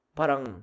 parang